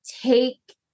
take